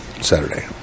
Saturday